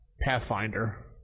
Pathfinder